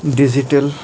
digital